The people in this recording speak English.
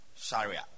Sharia